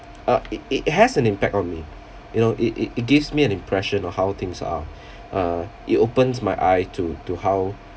uh it it has an impact on me you know it it it gives me an impression of how things are uh it opens my eye to to how